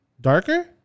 Darker